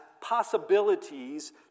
possibilities